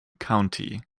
county